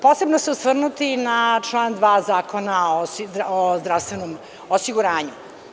Posebno ću se osvrnuti na član 2. Zakona o zdravstvenom osiguranju.